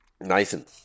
Nathan